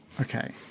Okay